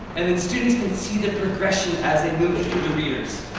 and then students can see the progression as they move through